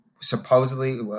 supposedly